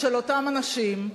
של אותם אנשים,